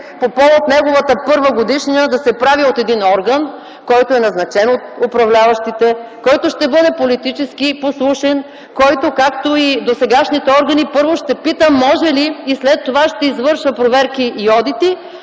по повод неговата първа годишнина да се прави от един орган, който е назначен от управляващите, който ще бъде политически послушен, който, както и досегашните органи първо ще пита: „Може ли?” и след това ще извършва проверки и одити